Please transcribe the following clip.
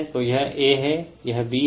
तो यह A है यह B है